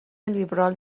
لیبرال